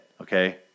okay